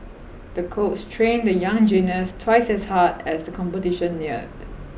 the coach trained the young gymnast twice as hard as the competition neared